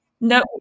No